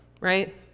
right